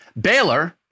Baylor